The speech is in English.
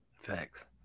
Facts